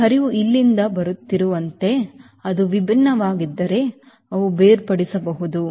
ಈ ಹರಿವು ಇಲ್ಲಿಂದ ಬರುತ್ತಿರುವಂತೆ ಅದು ವಿಭಿನ್ನವಾಗಿದ್ದರೆ ಅವು ಬೇರ್ಪಡಿಸಬಹುದು